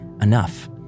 enough